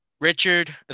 Richard